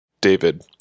David